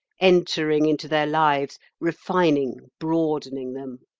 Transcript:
entering into their lives, refining, broadening them?